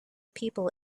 people